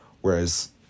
Whereas